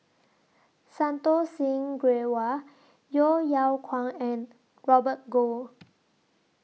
Santokh Singh Grewal Yeo Yeow Kwang and Robert Goh